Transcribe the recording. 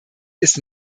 ist